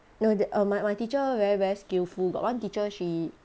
no err my my teacher very very skillful got one teacher she